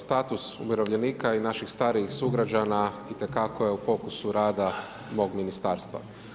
Status umirovljenika i naših starijih sugrađana itekako je u fokusu rada mog ministarstva.